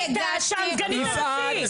הגשתי --- כי היא הייתה שם סגנית הנשיא.